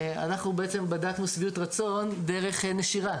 אנחנו בעצם בדקנו שביעות רצון דרך נשירה